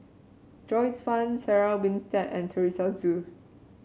Joyce Fan Sarah Winstedt and Teresa Hsu